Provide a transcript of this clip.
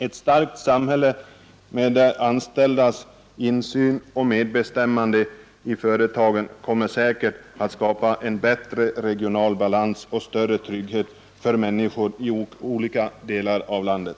Ett starkt samhälle och de anställdas insyn och medbestämmanderätt i företagen kommer säkerligen att skapa en bättre regional balans och större trygghet för människorna i olika delar av landet.